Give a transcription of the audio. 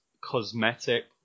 cosmetic